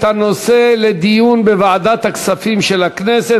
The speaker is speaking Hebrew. הנושא לדיון בוועדת הכספים של הכנסת.